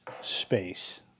space